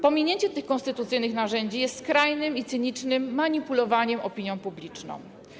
Pominięcie tych konstytucyjnych narzędzi jest skrajnym i cynicznym manipulowaniem opinią publiczną.